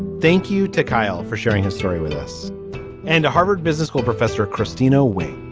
thank you to kyle for sharing his story with us and a harvard business school professor christina away